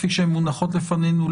כפי שהן מונחות לפנינו,